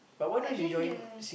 but then the